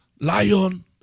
Lion